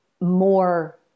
more